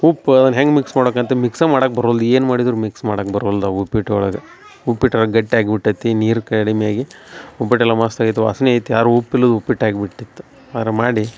ಉಪ್ಪು ಅದನ್ನ ಹೆಂಗೆ ಮಿಕ್ಸ್ ಮಾಡಕಂತ ಮಿಕ್ಸೆ ಮಾಡಕೆ ಬರೊಲ್ದ ಏನು ಮಾಡಿದ್ದರು ಮಿಕ್ಸ್ ಮಾಡಕೆ ಬರೊಲ್ದ ಅವ ಉಪ್ಪಿಟ್ಟು ಒಳಗೆ ಉಪ್ಪಿಟ್ಟು ಒಳ್ಗ ಗಟ್ಯಾಗ ಬಿಟ್ಟತಿ ನೀರು ಕಡಿಮ್ಯಾಗಿ ಉಪ್ಪಿಟೆಲ್ಲ ಮಸ್ತ್ ಆಗಿತ್ತು ವಾಸ್ನಿ ಐತಿ ಆರು ಉಪ್ಪು ಇಲ್ಲದ ಉಪ್ಪಿಟ್ಟಾಗ ಬಿಟ್ಟಿತ್ತ ಆರ ಮಾಡಿ